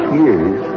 years